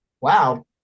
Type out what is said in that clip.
wow